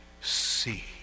see